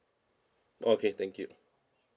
okay thank you